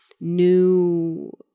new